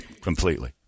completely